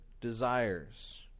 desires